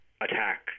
attack